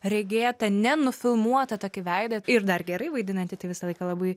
regėtą nenufilmuotą tokį veidą ir dar gerai vaidinantį tai visą laiką labai